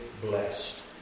blessed